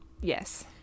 Yes